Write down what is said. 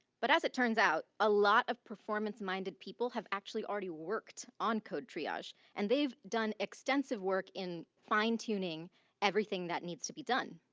but as it turns out, a lot of performance minded people have actually already worked on codetriage and they've done extensive work in fine-tuning everything that needs to be done,